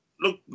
look